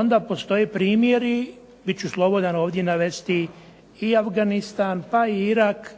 onda postoje primjeri, bit ću slobodan ovdje navesti i Afganistan, pa i Irak